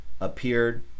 appeared